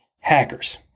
Hackers